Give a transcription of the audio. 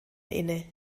inne